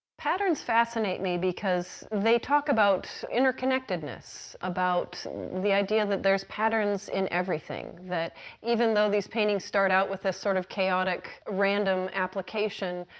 patterns fascinate me because they talk about interconnectedness about the idea that there's patterns in everything. that even though these paintings start out with a sort of chaotic, random application,